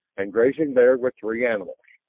and grazing there were three animals.